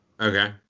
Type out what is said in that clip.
Okay